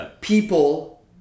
people